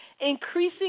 increasing